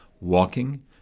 walking